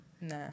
Nah